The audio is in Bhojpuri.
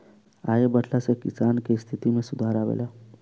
आय बढ़ला से किसान के स्थिति में सुधार आवेला